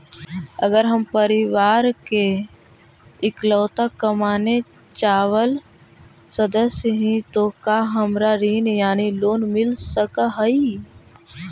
अगर हम परिवार के इकलौता कमाने चावल सदस्य ही तो का हमरा ऋण यानी लोन मिल सक हई?